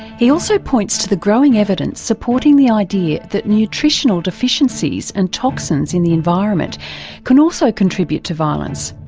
he also points to the growing evidence supporting the idea that nutritional deficiencies and toxins in the environment can also contribute to violence.